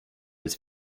his